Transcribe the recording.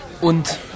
Und